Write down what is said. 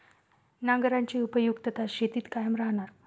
नांगराची उपयुक्तता शेतीत कायम राहणार